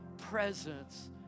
presence